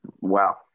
wow